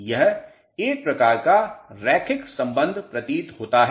यह एक प्रकार का रैखिक संबंध प्रतीत होता है